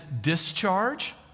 discharge